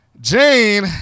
Jane